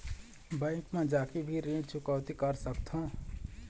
Bank मा जाके भी ऋण चुकौती कर सकथों?